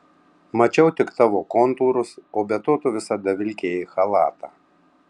mačiau tik tavo kontūrus o be to tu visada vilkėjai chalatą